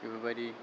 बेफोरबायदि